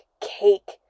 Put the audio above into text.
cake